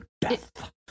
death